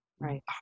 Right